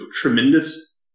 tremendous